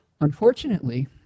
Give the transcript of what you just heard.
Unfortunately